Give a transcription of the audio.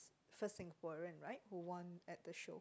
first Singaporean right who won at the show